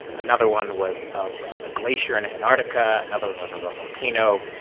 another one was of a glacier in antarctica. another one was of a volcano.